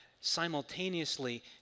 simultaneously